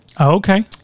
Okay